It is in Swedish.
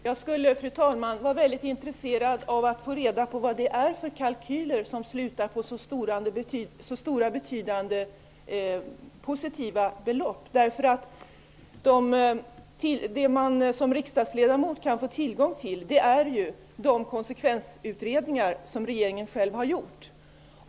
Fru talman! Jag skulle vara intresserad av att få reda på vad det är för kalkyler som slutar på så stora betydande positiva belopp. Det som man som riksdagsledamot kan få tillgång till är de konsekvensutredningar som regeringen själv har gjort.